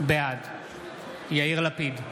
בעד יאיר לפיד,